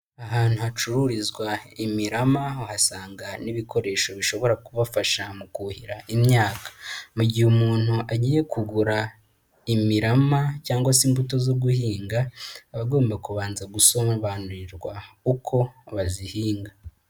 Ahantu hacururizwa imirama, wahasanga n'ibikoresho bishobora kubafasha mu kuhira imyaka. Mu gihe umuntu agiye kugura imirama cyangwa se imbuto zo guhinga, aba agomba kubanza gusobanurirwa uko bazihinga.